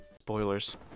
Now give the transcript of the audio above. Spoilers